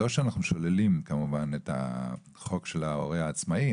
לא שאנחנו שוללים כמובן את החוק של ההורה העצמאי.